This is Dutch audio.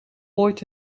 ooit